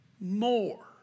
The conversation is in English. more